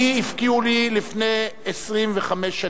אני, הפקיעו לי לפני 25 שנים,